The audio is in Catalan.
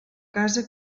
casa